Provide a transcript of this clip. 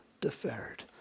deferred